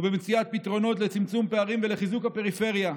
ובמציאת פתרונות לצמצום פערים ולחיזוק הפריפריה.